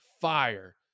Fire